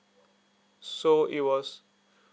so it was